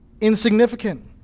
insignificant